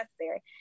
necessary